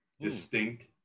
distinct